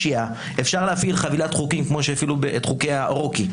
אפשר להפעיל חבילת חוקים כמו שהפעילו את חוקי הריקו,